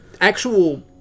Actual